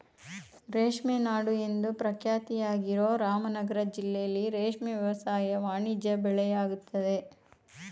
ರೇಷ್ಮೆ ನಾಡು ಎಂದು ಪ್ರಖ್ಯಾತಿಯಾಗಿರೋ ರಾಮನಗರ ಜಿಲ್ಲೆಲಿ ರೇಷ್ಮೆ ವ್ಯವಸಾಯ ವಾಣಿಜ್ಯ ಬೆಳೆಯಾಗಯ್ತೆ